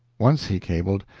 once he cabled,